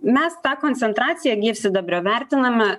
mes tą koncentraciją gyvsidabrio vertiname